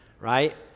right